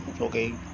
Okay